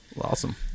Awesome